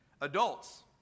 Adults